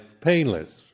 painless